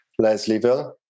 leslieville